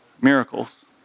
miracles